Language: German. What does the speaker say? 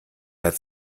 herr